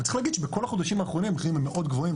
אבל צריך להגיד שבכל החודשים האחרונים המחירים הם מאוד גבוהים,